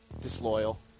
Disloyal